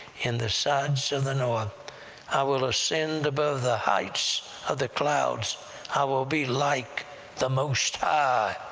in the sides of the north i will ascend above the heights of the clouds i will be like the most high.